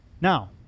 Now